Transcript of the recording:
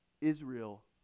Israel